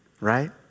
right